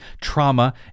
trauma